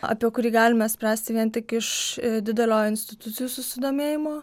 apie kurį galime spręsti vien tik iš didelio institucijų susidomėjimo